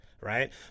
right